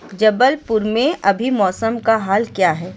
جبل پور میں ابھی موسم کا حال کیا ہے